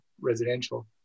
residential